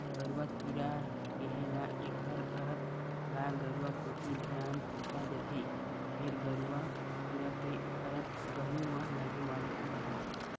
गरुआ कीरा केहे ल एखर अरथ गाय गरुवा कोती धियान खिंचा जथे, फेर गरूआ कीरा के अरथ गहूँ म लगे वाले कीरा हरय